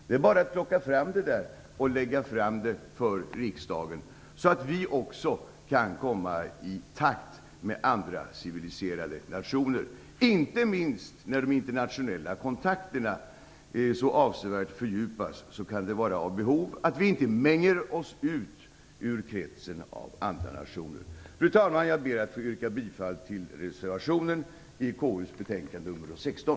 Det är bara att plocka fram det och lägga fram det för riksdagen så att vi också kan komma i takt med andra civiliserade nationer. Inte minst när de internationella kontakterna så avsevärt fördjupas kan det vara av behov att vi inte mäler oss ut ur kretsen av andra nationer. Fru talman! Jag ber att få yrka bifall till reservationen i konstitutionsutskottets betänkande nr 16.